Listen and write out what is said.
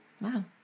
Wow